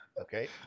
Okay